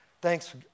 Thanks